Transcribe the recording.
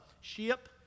ship